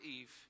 Eve